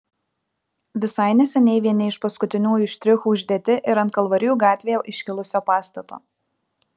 visai neseniai vieni iš paskutiniųjų štrichų uždėti ir ant kalvarijų gatvėje iškilusio pastato